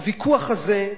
הוויכוח הזה,